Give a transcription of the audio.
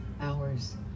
hours